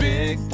Big